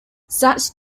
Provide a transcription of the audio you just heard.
such